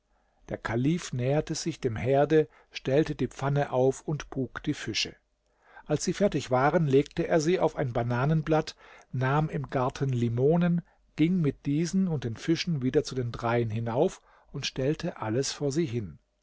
der kalif näherte sich dem herde stellte die pfanne auf und buk die fische als sie fertig waren legte er sie auf ein bananenblatt nahm im garten limonen ging mit diesen und den fischen wieder zu den dreien hinauf und stellte alles vor sie hin